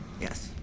Yes